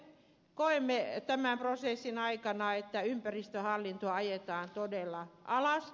koemme että tämän prosessin aikana ympäristöhallintoa ajetaan todella alas